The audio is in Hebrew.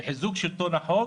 וחיזוק שלטון החוק